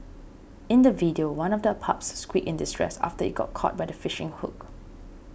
in the video one of the pups squeaked in distress after it got caught by the fishing hook